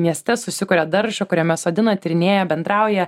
mieste susikuria daržą kuriame sodina tyrinėja bendrauja